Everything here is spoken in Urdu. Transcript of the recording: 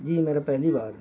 جی میرا پہلی بار